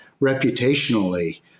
reputationally